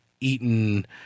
eaten